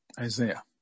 Isaiah